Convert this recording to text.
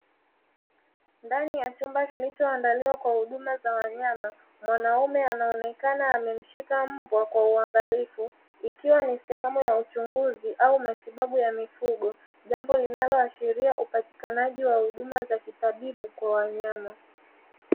Ndani ya chumba kilichoandaliwa kwa huduma za wanyama. Mwanaume anaonekana amemshika mbwa kwa uangalifu. Ikiwa ni sehemu ya uchunguzi au matibabu ya mifug, jambo linaloashiria upatikanaji wa huduma za usahihi kwa wanyama.